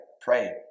pray